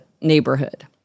neighborhood